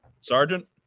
Sergeant